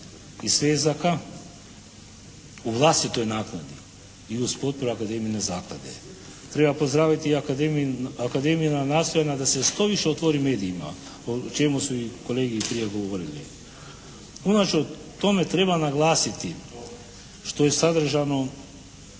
i svezaka u vlastitoj nakladi i uz potporu Akademijine zaklade. Treba pozdraviti i Akademijina nastojanja da se što više otvori medijima o čemu se kolege i prije govorili. Unatoč tome treba naglasiti što je sadržano